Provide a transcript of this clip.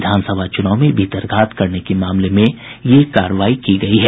विधानसभा चुनाव में भितरघात करने के मामले में यह कार्रवाई की गयी है